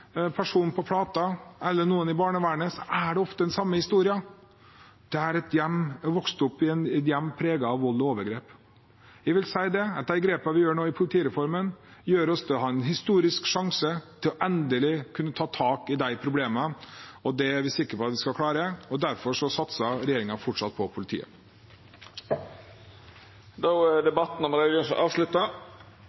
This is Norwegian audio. samme historien om å ha vokst opp i et hjem preget av vold og overgrep. Jeg vil si at de grepene vi nå gjør med politireformen, gir oss en historisk sjanse til endelig å kunne ta tak i de problemene. Det er vi sikre på at vi skal klare, og derfor satser regjeringen fortsatt på politiet. Fleire har ikkje bedt om ordet til sak nr. 3. Presidenten vil føreslå at justis- og innvandringsministerens utgreiing om bemannings- og beredskapssituasjonen i politiet vert send til justiskomiteen. – Det er